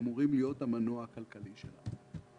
שאמורים להיות המנוע הכלכלי שלנו.